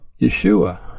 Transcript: Yeshua